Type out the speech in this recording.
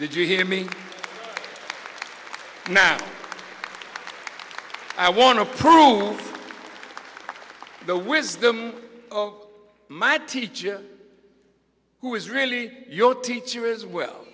did you hear me now i want to prove the wisdom of my teacher who is really your teacher as well